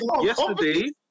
yesterday